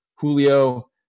Julio